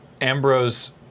Ambrose